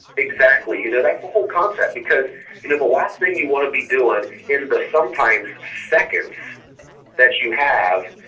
exactly. you know that's the whole concept because you know the last thing you want to be doing in the sometimes seconds that you have